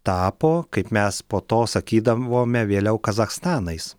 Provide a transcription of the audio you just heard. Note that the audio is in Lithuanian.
tapo kaip mes po to sakydavome vėliau kazachstanais